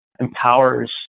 empowers